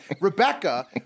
Rebecca